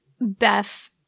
Beth